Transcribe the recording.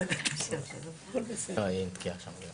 אני אפתח בסיכום אישי